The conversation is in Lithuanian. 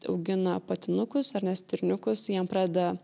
augina patinukus ar ne stirniukus jiem pradeda